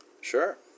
Sure